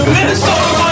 Minnesota